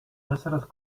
besseres